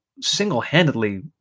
single-handedly